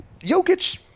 Jokic